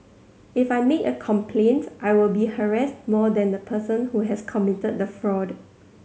if I make a complaint I will be harassed more than the person who has committed the fraud